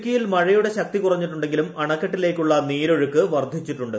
ഇടുക്കിയിൽ മഴയുടെ ശക്തി കുറഞ്ഞിട്ടുണ്ടെങ്കിലും അണക്കെട്ടിലേക്കുള്ള നീരൊഴുക്ക് വർദ്ധിച്ചിട്ടുണ്ട്